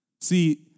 See